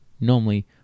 Normally